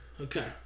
Okay